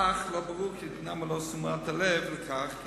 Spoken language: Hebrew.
אך לא ברור כי ניתנה מלוא תשומת הלב לכך כי